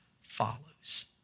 follows